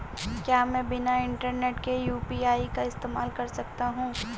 क्या मैं बिना इंटरनेट के यू.पी.आई का इस्तेमाल कर सकता हूं?